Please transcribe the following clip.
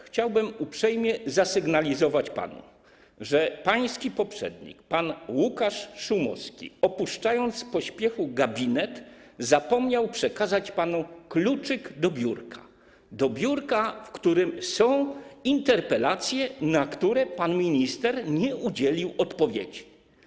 Chciałbym uprzejmie zasygnalizować panu, że pański poprzednik, pan Łukasz Szumowski, opuszczając w pośpiechu gabinet, zapomniał przekazać panu kluczyk do biurka, w którym są interpelacje, na które pan minister nie udzielił odpowiedzi.